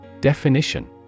Definition